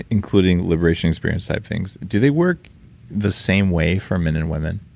including liberation experience type things, do they work the same way for men and woman?